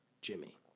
Jimmy